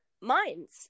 minds